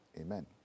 amen